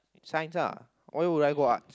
science lah why would I go arts